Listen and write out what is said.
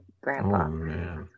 grandpa